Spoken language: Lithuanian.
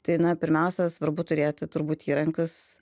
tai na pirmiausia svarbu turėti turbūt įrankius